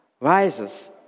rises